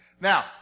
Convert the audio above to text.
Now